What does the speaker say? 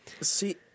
See